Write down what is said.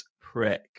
prick